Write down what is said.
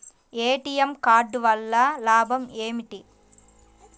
ATM card వల్ల లాభం ఏమిటి?